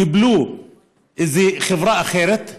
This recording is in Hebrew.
קיבלו חברה אחרת,